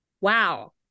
wow